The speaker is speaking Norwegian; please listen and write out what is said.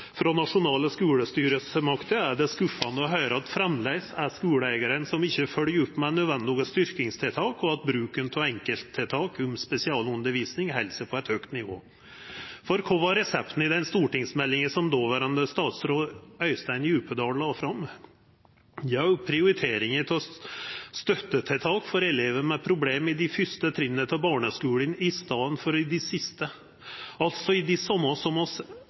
frå nasjonale skulestyresmakter er det skuffande å høyra at det framleis er skuleeigarar som ikkje følgjer opp med nødvendige styrkingstiltak, og at bruken av enkelttiltak innan spesialundervisning held seg på eit høgt nivå. For kva var resepten i den stortingsmeldinga som dåverande statsråd Øystein Djupedal la fram? Jau, prioriteringar av støttetiltak for elevar med problem på dei første trinna i barneskulen i staden for i dei siste, altså det same som